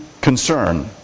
concern